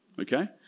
Okay